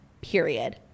Period